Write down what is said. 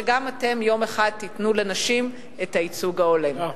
שגם אתם יום אחד תיתנו לנשים את הייצוג ההולם.